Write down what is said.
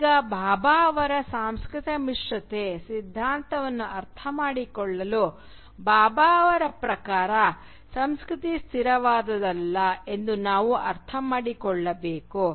ಈಗ ಭಾಭಾ ಅವರ ಸಾಂಸ್ಕೃತಿಕ ಮಿಶ್ರತೆ ಸಿದ್ಧಾಂತವನ್ನು ಅರ್ಥಮಾಡಿಕೊಳ್ಳಲು ಭಾಭಾ ಅವರ ಪ್ರಕಾರ ಸಂಸ್ಕೃತಿ ಸ್ಥಿರವಾದದಲ್ಲ ಎಂದು ನಾವು ಅರ್ಥಮಾಡಿಕೊಳ್ಳಬೇಕು